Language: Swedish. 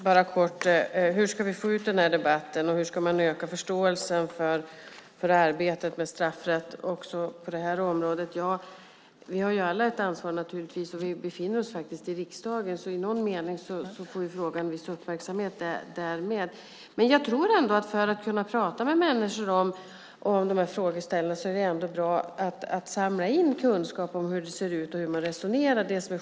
Fru talman! Hur ska vi få ut den här debatten och öka förståelsen för arbetet med straffrätt också på detta område? Vi har alla naturligtvis ett ansvar, och vi befinner oss faktiskt i riksdagen. I någon mening får frågan därmed en viss uppmärksamhet. För att kunna tala med människor om dessa frågeställningar är det ändå bra att samla in kunskap om hur det ser ut och hur man resonerar.